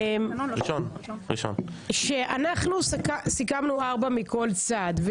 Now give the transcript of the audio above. אנחנו סיכמנו ארבע מכל צד.